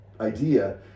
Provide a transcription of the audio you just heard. idea